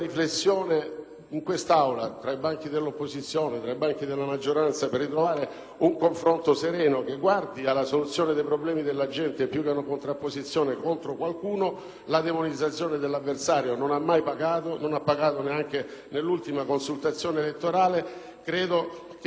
un confronto sereno che guardi alla soluzione dei problemi della gente, più che a una contrapposizione contro qualcuno. La demonizzazione dell'avversario non ha mai pagato, neanche nelle ultime consultazioni elettorali; occorre, invece, muoversi nella direzione della soluzione dei problemi.